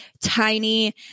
tiny